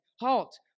Halt